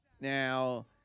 Now